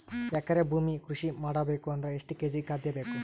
ಎಕರೆ ಭೂಮಿ ಕೃಷಿ ಮಾಡಬೇಕು ಅಂದ್ರ ಎಷ್ಟ ಕೇಜಿ ಖಾದ್ಯ ಬೇಕು?